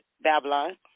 Babylon